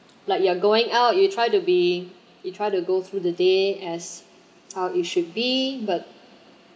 like you are going out you try to be you try to go through the day as how it should be but